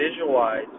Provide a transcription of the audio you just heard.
Visualize